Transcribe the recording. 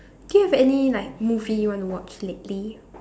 do you have any like movie you want to watch lately